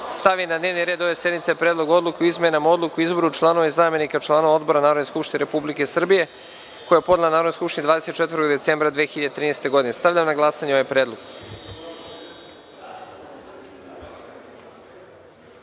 stavi na dnevni red ove sednice Predlog odluke o izmenama Odluke o izboru članova i zamenika članova odbora Narodne skupštine Republike Srbije, koji je podnela Narodnoj skupštini Republike Srbije 24. decembra 2013. godine. Stavljam na glasanje ovaj predlog. Molim